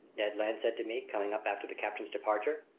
ned land said to me, coming up after the captain's departure.